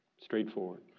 straightforward